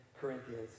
Corinthians